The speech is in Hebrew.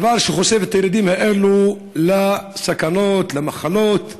דבר שחושף את הילדים האלה לסכנות, למחלות,